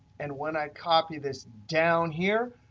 and when i copy this down here,